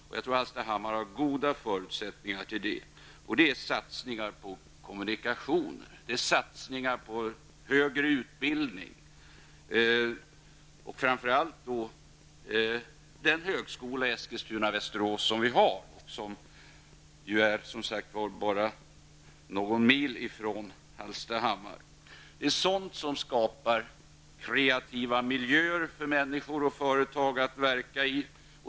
Jag tror att Hallstahammar har goda förutsättningar. Det är satsningar på kommunikationer, på högre utbildning, framför allt inom högskolan i Eskilstuna/Västerås som vi har och som ju ligger bara någon mil från Hallstahammar som skapar kreativ miljö för människor och företag att verka i.